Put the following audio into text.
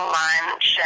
lunch